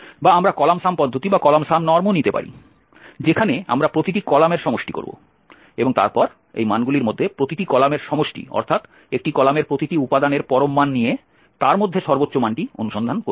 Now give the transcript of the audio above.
বা আমরা column sum পদ্ধতিও নিতে পারি যেখানে আমরা এখন প্রতিটি কলামের সমষ্টি করব এবং তারপর এই মানগুলির মধ্যে প্রতিটি কলামের সমষ্টি অর্থাৎ একটি কলামের প্রতিটি উপাদানের পরম মান নিয়ে তার মধ্যে সর্বোচ্চ মানটি অনুসন্ধান করা হবে